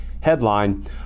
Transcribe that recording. headline